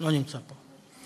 לא נמצא פה.